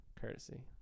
courtesy